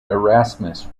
erasmus